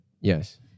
yes